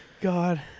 God